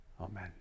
amen